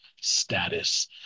Status